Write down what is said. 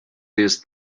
jest